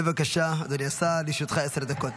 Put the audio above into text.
בבקשה, אדוני השר, לרשותך עשר דקות.